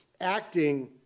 acting